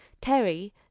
Terry